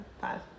five